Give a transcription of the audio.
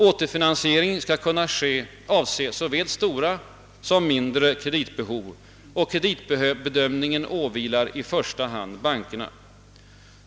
Återfinansiering skall kunna avse såväl stora som mindre kreditbehov, och kreditbedömningen åvilar i första hand affärsbankerna.